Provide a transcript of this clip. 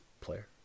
player